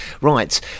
Right